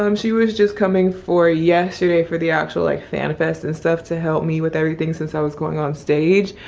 um she was just coming for yesterday for the actual like fanfest and stuff to help me with everything since i was going on stage.